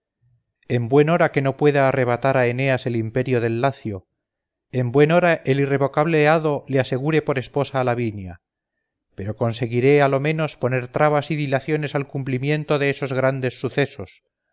en buen hora que no pueda arrebatar a eneas el imperio del lacio en buen hora el irrevocable hado le asegure por esposa a lavinia pero conseguiré a lo menos poner trabas y dilaciones al cumplimiento de esos grandes sucesos